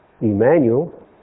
Emmanuel